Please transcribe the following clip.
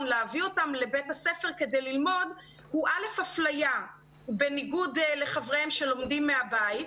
להביא אותם לבית הספר כדי ללמוד הוא אפליה בניגוד לחבריהם שלומדים מהבית,